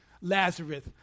Lazarus